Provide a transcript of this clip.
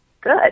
good